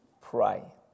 pray